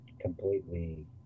completely